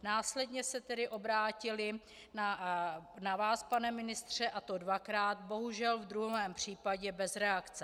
Následně se tedy obrátili na vás, pane ministře, a to dvakrát, bohužel v druhém případě bez reakce.